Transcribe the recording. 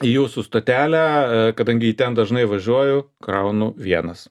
į jūsų stotelę kadangi į ten dažnai važiuoju kraunu vienas